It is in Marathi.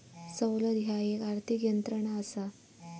सवलत ह्या एक आर्थिक यंत्रणा असा